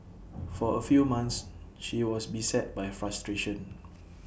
for A few months she was beset by frustration